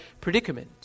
predicament